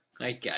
Okay